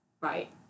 right